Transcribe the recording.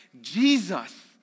Jesus